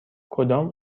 کدام